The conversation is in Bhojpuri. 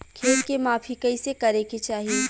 खेत के माफ़ी कईसे करें के चाही?